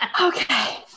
Okay